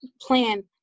plan